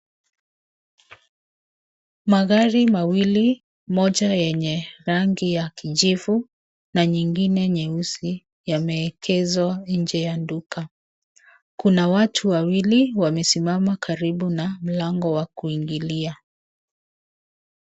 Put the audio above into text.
Magari mawili, moja yenye rangi ya kijivu na nyingine nyeusi yameegeshwa nje ya duka. Kuna watu wawili wamesimama karibu na mlango wa kuingilia.